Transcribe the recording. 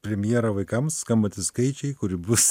premjerą vaikams skambantys skaičiai kuri bus